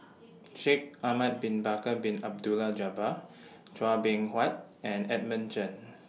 Shaikh Ahmad Bin Bakar Bin Abdullah Jabbar Chua Beng Huat and Edmund Chen